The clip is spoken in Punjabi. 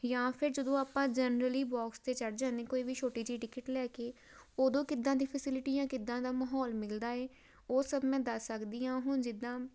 ਜਾਂ ਫਿਰ ਜਦੋਂ ਆਪਾਂ ਜਨਰਲੀ ਬੋਕਸ 'ਤੇ ਚੜ ਜਾਂਦੇ ਕੋਈ ਵੀ ਛੋਟੀ ਜਿਹੀ ਟਿਕਟ ਲੈ ਕੇ ਉਦੋਂ ਕਿੱਦਾਂ ਦੀ ਫੈਸਿਲਿਟੀਆਂ ਕਿੱਦਾਂ ਦਾ ਮਾਹੌਲ ਮਿਲਦਾ ਹੈ ਉਹ ਸਭ ਮੈਂ ਦੱਸ ਸਕਦੀ ਹਾਂ ਹੁਣ ਜਿੱਦਾਂ